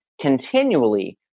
continually